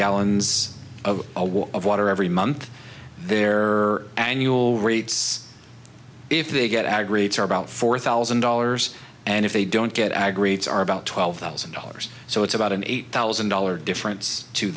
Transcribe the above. gallons of a wall of water every month their annual rates if they get aggregates are about four thousand dollars and if they don't get aggregates are about twelve thousand dollars so it's about an eight thousand dollars difference to